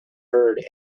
herd